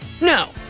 No